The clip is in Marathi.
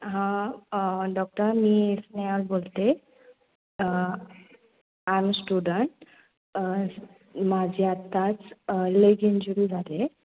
हां डॉक्टर मी स्नेहल बोलते आय एम अ स्टुडंट माझे आत्ताच लेग इंजुरी झाली आहे